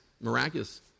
miraculous